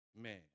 man